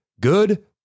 Good